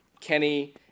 Kenny